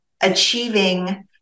achieving